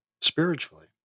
spiritually